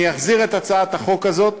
אני אחזיר את הצעת החוק הזאת,